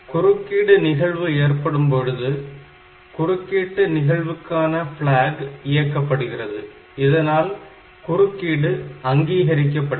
குறுக்கீடு நிகழ்வு ஏற்படும்போது குறுக்கிட்டு நிகழ்வுக்கான பிளாக் இயக்கப்படுகிறது இதனால் குறுக்கீடு அங்கீகரிக்கப்படுகிறது